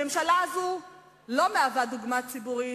הממשלה הזאת לא משמשת דוגמה ציבורית,